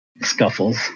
scuffles